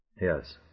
Yes